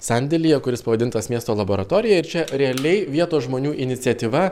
sandėlyje kuris pavadintas miesto laboratorija ir čia realiai vietos žmonių iniciatyva